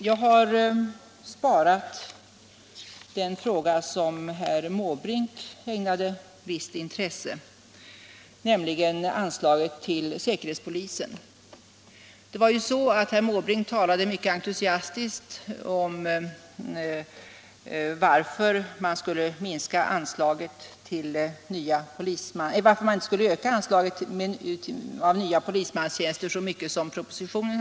Jag har sparat till sist den fråga som herr Måbrink ägnade stort intresse, nämligen anslaget till säkerhetspolisen. Herr Måbrink talade ju mycket entusiastiskt om varför man inte skulle öka anslaget till nya polismanstjänster så mycket som föreslås i propositionen.